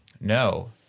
no